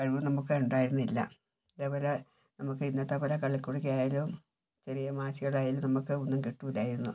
കഴിവ് നമുക്ക് ഉണ്ടായിരുന്നില്ല ഇതേപോലെ നമുക്ക് ഇന്നത്തെപോലെ കളിക്കുടുക്കയായാലും ചെറിയ മാസികകൾ ആയാലും നമുക്ക് ഒന്നും കിട്ടുകയില്ലായിരുന്നു